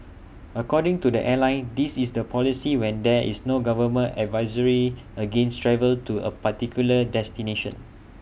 according to the airline this is the policy when there is no government advisory against travel to A particular destination